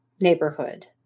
neighborhood